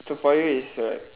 so for you it's like